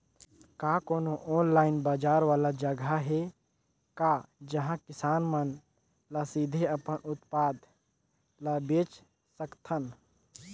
का कोनो ऑनलाइन बाजार वाला जगह हे का जहां किसान मन ल सीधे अपन उत्पाद ल बेच सकथन?